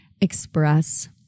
express